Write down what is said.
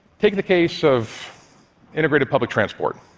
take the case of integrated public transport.